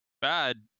bad